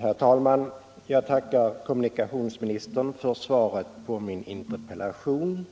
Herr talman! Jag tackar kommunikationsministern för svaret på min interpellation.